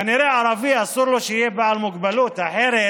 כנראה לערבי אסור להיות בעל מוגבלות, אחרת